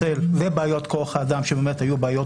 ובעיות כוח האדם שבאמת היו בעיות